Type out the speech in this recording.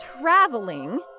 traveling